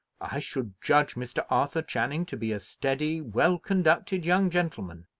i should judge mr. arthur channing to be a steady, well-conducted young gentleman,